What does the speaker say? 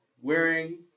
wearing